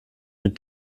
mit